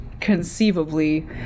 conceivably